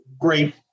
great